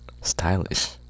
stylish